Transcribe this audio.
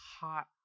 hot